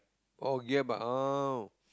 oh gear bike oh